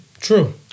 True